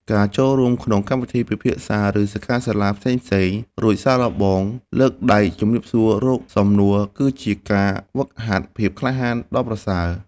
ការចូលរួមក្នុងកម្មវិធីពិភាក្សា ឬសិក្ខាសាលាផ្សេងៗ រួចសាកល្បងលើកដៃសួររកសំណួរ គឺជាការហ្វឹកហាត់ភាពក្លាហានដ៏ប្រសើរ។